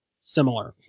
similar